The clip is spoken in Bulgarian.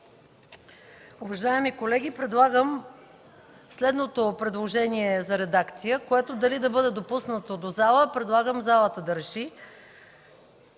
Уважаеми колеги, имам следното предложение за редакция, като дали да бъде допуснато до залата, предлагам залата да реши